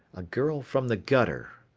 a girl from the gutter.